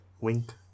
wink